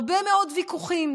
הרבה מאוד ויכוחים,